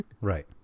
Right